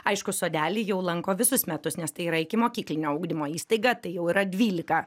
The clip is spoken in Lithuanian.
aišku sodelį jau lanko visus metus nes tai yra ikimokyklinio ugdymo įstaiga tai jau yra dvylika